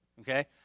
okay